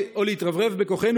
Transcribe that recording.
או להתרברב בכוחנו,